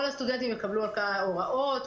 כל הסטודנטים יקבלו הוראות,